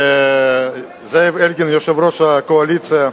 לזאב אלקין, יושב-ראש הקואליציה,